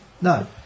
no